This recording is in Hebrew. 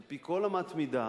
על-פי כל אמת מידה,